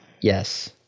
Yes